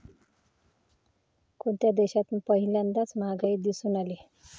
कोणत्या देशात पहिल्यांदा महागाई दिसून आली?